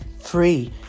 free